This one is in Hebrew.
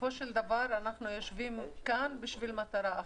בסופו של דבר אנחנו יושבים כאן לשם מטרה אחת,